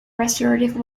restorative